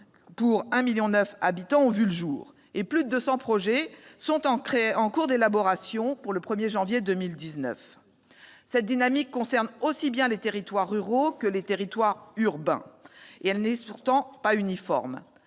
et 1,9 million d'habitants, ont vu le jour et plus de 200 projets de création sont en cours d'élaboration au 1 janvier 2019. Cette dynamique, qui concerne aussi bien les territoires ruraux que les territoires urbains, n'est cependant pas uniforme.